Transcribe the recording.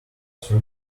thirty